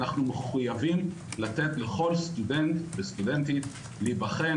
אנחנו מחויבים לתת לכל סטודנט וסטודנטית להיבחן